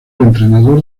entrenador